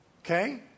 okay